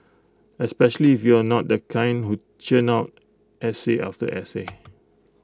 especially if you're not the kind who churn out essay after essay